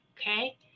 Okay